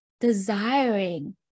desiring